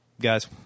guys